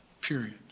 period